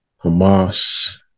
Hamas